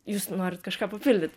jūs norit kažką papildyt